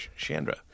Shandra